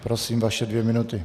Prosím, vaše dvě minuty.